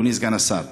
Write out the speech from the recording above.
אדוני סגן השר: